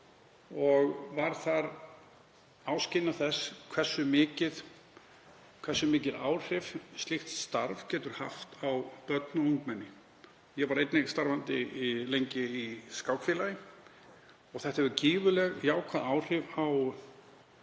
og varð þar áskynja þess hversu mikil áhrif slíkt starf getur haft á börn og ungmenni. Ég var einnig starfandi lengi í skákfélagi. Þetta hefur gífurleg jákvæð áhrif á